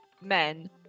men